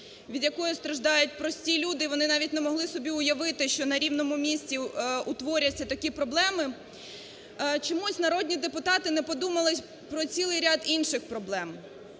від якої страждають прості люди, вони навіть не могли собі уявити, що на рівному місці утворяться такі проблеми. Чомусь народні депутати не подумали про цілий ряд інших проблем.